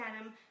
Adam